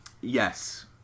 Yes